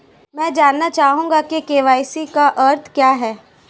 मैं जानना चाहूंगा कि के.वाई.सी का अर्थ क्या है?